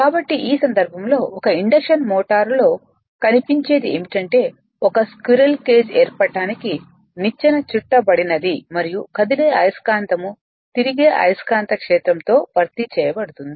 కాబట్టి ఈ సందర్భంలో ఒక ఇండక్షన్ మోటార్ లో కనిపించేది ఏమిటంటే ఒక స్క్విరెల్ కేజ్ ఏర్పడటానికి నిచ్చెన చుట్టబడినది మరియు కదిలే అయస్కాంతం తిరిగే అయస్కాంత క్షేత్రం తో భర్తీ చేయబడుతుంది